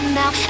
now